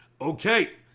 Okay